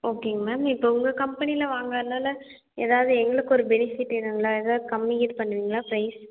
ஓகேங்க மேம் இப்போ உங்கள் கம்பனியில் வாங்கறதுனால எதாவது எங்களுக்கு ஒரு பெனிஃபிட்டு நல்லா எதாவது கம்மி பண்ணுவிங்களா ப்ரைஸ்